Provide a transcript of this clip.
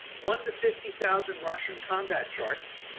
one to fifty thousand russian combat charts,